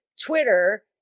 Twitter